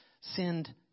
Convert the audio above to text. Send